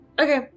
Okay